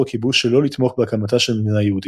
הכיבוש שלא לתמוך בהקמתה של מדינה יהודית.